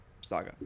saga